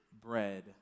bread